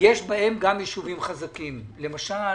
יש גם ישובים חזקים, למשל